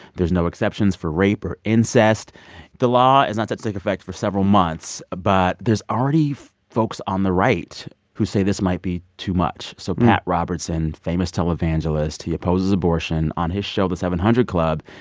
there's no exceptions for rape or incest the law is not set to take effect for several months, but there's already folks on the right who say this might be too much. so pat robertson, famous televangelist, he opposes abortion. on his show the seven hundred club,